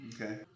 Okay